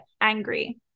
angry